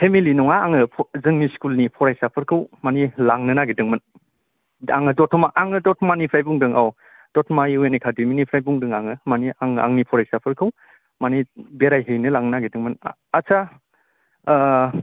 family नङा आङो जोंनि स्कुलनि फरायसाफोरखौ मानि लांनो नागेरदोंमोन आङो दतमा आङो दतमानिफ्राय बुंदों औ दतमा इउएन एकादेमिनिफ्राय बुंदों आङो मानि आङो आंनि फरायसाफोरखौ मानि बेरायहैनो लांनो नागेरदोंमोन आथ्सा ओह